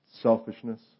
selfishness